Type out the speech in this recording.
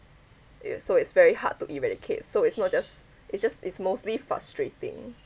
yes so it's very hard to eradicate so it's not just it's just it's mostly frustrating